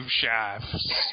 shafts